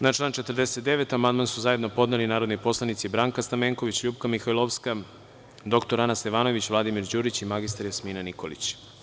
Na član 49. amandman su zajedno podneli narodni poslanici Branka Stamenković, LJupka Mihajlovska, dr Ana Stevanović, Vladimir Đurić i mr Jasmina Nikolić.